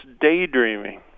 daydreaming